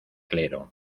clero